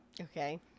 Okay